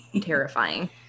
terrifying